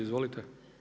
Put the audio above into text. Izvolite.